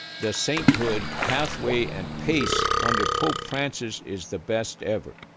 the sainthood pathway and pace under pope francis is the best ever,